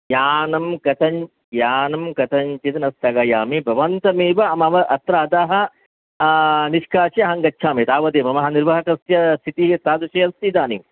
यानं कथं यानं कथञ्चित् न स्थगयामि भवन्तं एव मम अत्र अधः निष्कास्य अहं गच्छामि तावदेव मम निर्वाहकस्य स्थितिः तादृशी अस्ति इदानीं